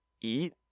eat